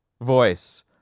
voice